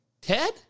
Ted